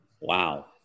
Wow